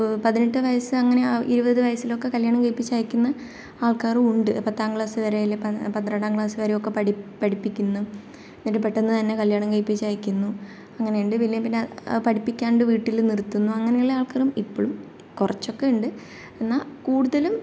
പതിനെട്ട് വയസ്സ് അങ്ങനെ ഇരുപത് വയസ്സിലൊക്കെ കല്യാണം കഴിപ്പിച്ച് അയയ്ക്കുന്ന ആൾക്കാരുമുണ്ട് പത്താം ക്ലാസ് വരെ അല്ലെങ്കിൽ പന്ത്രണ്ടാം ക്ലാസ് വരെയൊക്കെ പഠി പഠിപ്പിക്കുന്നു എന്നിട്ട് പെട്ടെന്ന് തന്നെ കല്യാണം കഴിപ്പിച്ച് അയയ്ക്കുന്നു അങ്ങനെയുണ്ട് ഇല്ലെങ്കിൽ പിന്നെ പഠിപ്പിക്കാണ്ട് വീട്ടിൽ നിർത്തുന്നു അങ്ങനെയുള്ള ആൾക്കാരും ഇപ്പോഴും കുറച്ചൊക്കെ ഉണ്ട് എന്നാൽ കൂടുതലും